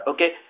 Okay